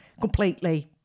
completely